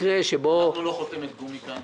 אנחנו לא חותמת גומי כאן.